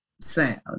sound